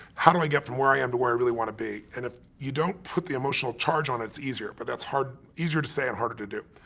how do i get from where i am to where i really wanna be? and if you don't put the emotional charge on it it's easier, but that's hard, easier to say and harder to do.